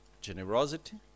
generosity